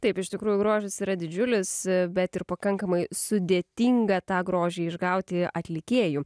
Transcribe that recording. taip iš tikrųjų grožis yra didžiulis bet ir pakankamai sudėtinga tą grožį išgauti atlikėjų